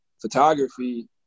photography